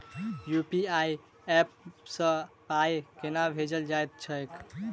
UPI app सँ पाई केना भेजल जाइत छैक?